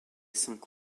cinq